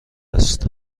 است